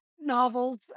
novels